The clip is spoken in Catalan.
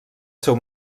seu